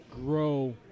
grow